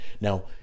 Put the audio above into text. Now